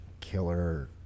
killer